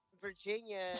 Virginia